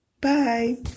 Bye